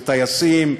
וטייסים,